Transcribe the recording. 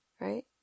right